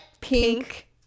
pink